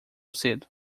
cedo